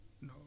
No